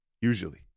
usually